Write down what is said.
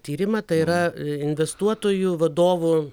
tyrimą tai yra investuotojų vadovų